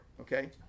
okay